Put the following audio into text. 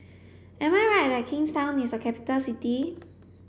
am I right that Kingstown is a capital city